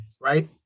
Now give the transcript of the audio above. right